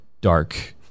dark